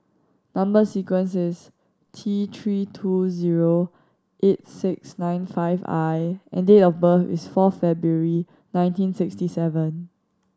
number sequence is T Three two zero eight six nine five I and date of birth is fourth February nineteen sixty seven